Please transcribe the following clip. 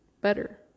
better